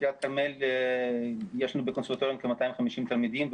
בטירת כרמל יש לנו בקונסרבטוריון כ-250 תלמידים,